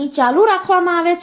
તેથી આ 2 D છે